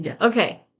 Okay